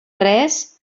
res